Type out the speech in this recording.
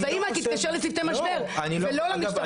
אז האימא תתקשר לצוותי משבר לא למשטרה.